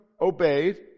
obeyed